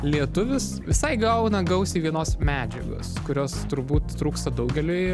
lietuvis visai gauna gausiai vienos medžiagos kurios turbūt trūksta daugeliui